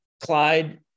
Clyde